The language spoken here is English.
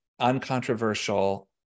uncontroversial